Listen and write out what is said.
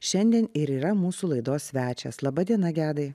šiandien ir yra mūsų laidos svečias laba diena gedai